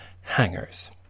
hangers